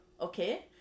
okay